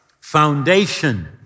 foundation